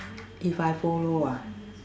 if I follow ah